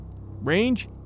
Range